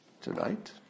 tonight